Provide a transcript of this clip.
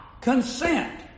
consent